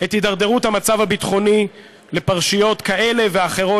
את הידרדרות המצב הביטחוני לפרשיות כאלה ואחרות,